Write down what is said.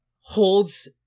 holds